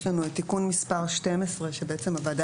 יש לנו את תיקון מס' 12 שבעצם הוועדה